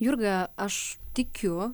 jurga aš tikiu